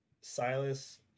Silas